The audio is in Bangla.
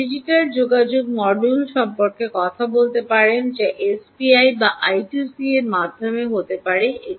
আপনি ডিজিটাল যোগাযোগ মডিউল সম্পর্কে কথা বলতে পারেনযা এসপিআই বা আই 2 সি এর মাধ্যমে হতে পারে